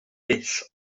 dull